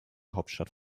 hauptstadt